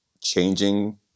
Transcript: changing